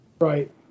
Right